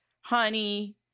honey